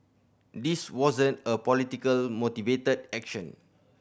this wasn't a politically motivated action